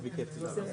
הישיבה.